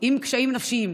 עם קשיים נפשיים,